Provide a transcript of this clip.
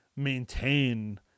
maintain